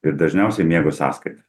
ir dažniausiai miego sąskaita